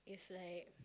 is like